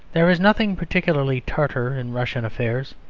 there is nothing particularly tartar in russian affairs,